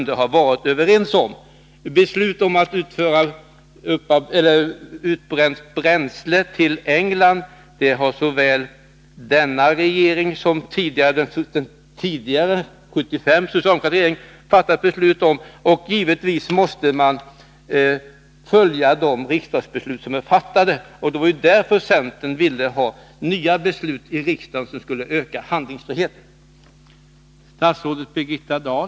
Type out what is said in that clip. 7 februari 1983 Att utföra utbränt bränsle till England har såväl den senaste Fälldinrege ringen som den förra socialdemokratiska regeringen fattat beslut om. Givetvis måste man följa de riksdagsbeslut som är fattade; det var ju därför centern ville ha till stånd nya beslut i riksdagen, som skulle öka handlingsfriheten.